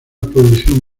producción